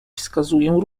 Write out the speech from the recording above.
wskazuję